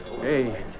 Hey